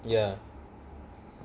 ya